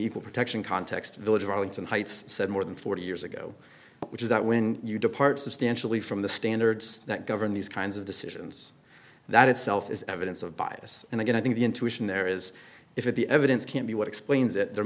equal protection context village of arlington heights said more than forty years ago which is that when you depart substantially from the standards that govern these kinds of decisions that itself is evidence of bias and i think the intuition there is if the evidence can't be what explains it there